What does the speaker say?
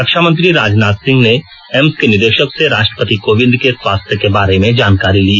रक्षामंत्री राजनाथ सिंह ने एम्स के निदेशक से राष्ट्रपति कोविंद के स्वास्थ्य के बारे में जानकारी ली